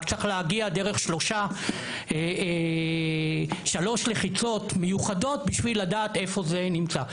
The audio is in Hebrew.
רק צריך להגיע דרך שלוש לחיצות מיוחדות בשביל לדעת איפה זה נמצא.